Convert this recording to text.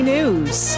News